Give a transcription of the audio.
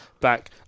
back